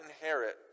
inherit